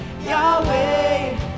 Yahweh